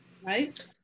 Right